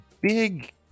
big